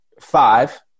five